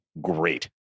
great